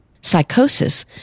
Psychosis